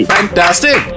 Fantastic